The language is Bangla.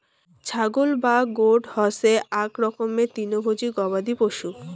ছাগল বা গোট হসে আক রকমের তৃণভোজী গবাদি পশু